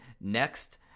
next